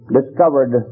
discovered